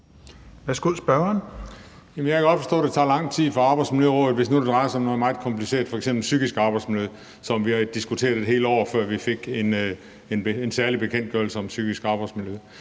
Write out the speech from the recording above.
Jeg kan godt forstå, det tager lang tid for Arbejdsmiljørådet, hvis nu det drejer sig om noget meget kompliceret, f.eks. det psykiske arbejdsmiljø, som vi diskuterede et helt år, før vi fik en særlig bekendtgørelse om det.